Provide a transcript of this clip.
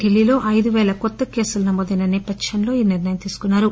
ఢిల్లీలో అయిదు పేల కొత్త కేసులు నమోదైన సేపథ్చంలో ఈ నిర్ణయం తీసుకున్నారు